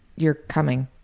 you're coming.